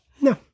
No